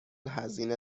هزینه